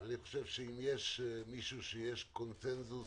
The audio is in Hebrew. אם יש מישהו שיש קונצנזוס